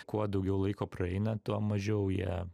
kuo daugiau laiko praeina tuo mažiau jie